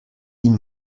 ihnen